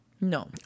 No